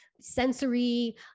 sensory